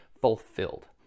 fulfilled